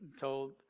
told